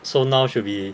so now should be